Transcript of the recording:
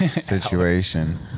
situation